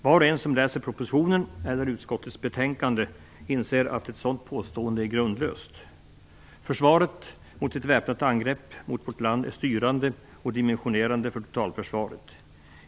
Var och en som läser propositionen eller utskottets betänkande inser att ett sådant påstående är grundlöst. Försvaret mot ett väpnat angrepp mot vårt land är styrande och dimensionerande för totalförsvaret.